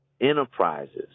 enterprises